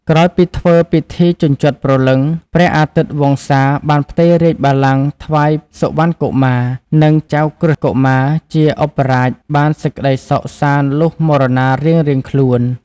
ក្រោយពីធ្វើពិធីជញ្ជាត់ព្រលឹង ព្រះអាទិត្យវង្សាបានផ្ទេររាជបល្ល័ង្កថ្វាយសុវណ្ណកុមារ និងចៅក្រឹស្នកុមារជាឧបរាជបានសេចក្តីសុខសាន្តលុះមរណារៀងៗខ្លួន។